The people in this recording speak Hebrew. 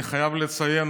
אני חייב לציין,